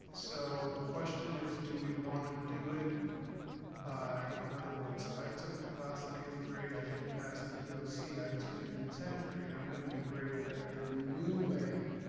so the question is, do we wanna do it by, in other words, i took the class in eighth grade, i didn't pass the eoc, i took it in tenth grade, i'm gonna be graded at the new way,